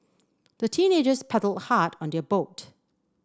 the teenagers paddled hard on their boat